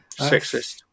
Sexist